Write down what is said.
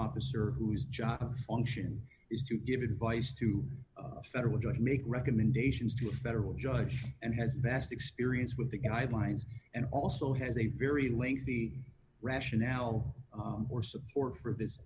officer whose job function is to give advice to a federal judge make recommendations to a federal judge and has vast experience with the guidelines and also has a very lengthy rationale or support for this